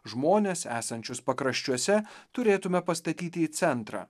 žmones esančius pakraščiuose turėtume pastatyti į centrą